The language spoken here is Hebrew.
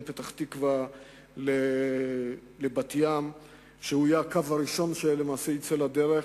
פתח-תקווה לבת-ים יהיה הקו הראשון שלמעשה יצא לדרך,